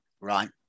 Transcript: right